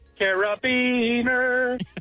Carabiner